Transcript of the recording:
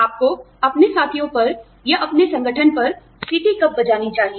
आपको अपने साथियों पर या अपने संगठन पर सीटी कब बजानी चाहिए